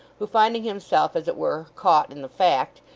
who finding himself as it were, caught in the fact,